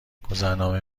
گذرنامه